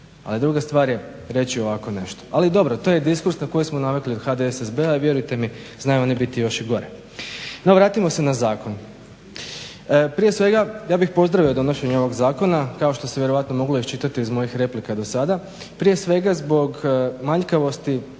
ali druga stvar je reći ovako nešto. Ali dobro, to je diskurs na koji smo navikli od HDSSB-a i vjerujte mi znaju oni biti još i gori. No vratimo se na zakon. Prije svega ja bih pozdravio donošenje ovog zakona kao što se vjerojatno moglo iščitati iz mojih replika dosada. Prije svega zbog manjkavosti